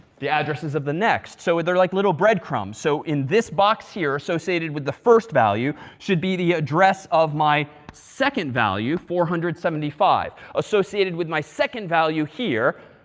the addresses of the next. so they're like little breadcrumbs. so in this box here, associated with the first value, should be the address of my second value, four hundred and seventy five. associated with my second value here,